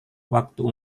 waktu